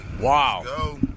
Wow